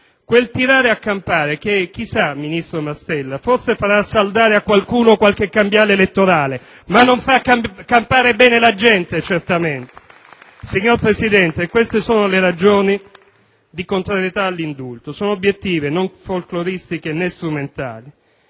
quel tirare a campare che - chissà - ministro Mastella, forse, farà saldare a qualcuno qualche cambiale elettorale, ma non farà campare bene la gente. *(Applausi dal Gruppo AN).* Signor Presidente, queste sono le ragioni di contrarietà all'indulto e sono ragioni obiettive, non folcloristiche né strumentali.